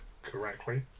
correctly